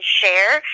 share